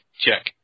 check